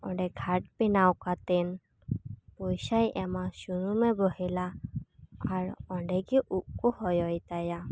ᱚᱸᱰᱮ ᱜᱷᱟᱴ ᱵᱮᱱᱟᱣ ᱠᱟᱛᱮᱜ ᱢᱤᱫᱴᱮᱱ ᱯᱩᱭᱥᱟᱭ ᱮᱢᱟ ᱥᱩᱱᱩᱢᱮ ᱵᱚᱦᱮᱞᱟ ᱟᱨ ᱚᱸᱰᱮ ᱜᱤ ᱩᱵ ᱠᱚ ᱦᱚᱭᱚᱭ ᱛᱟᱭᱟ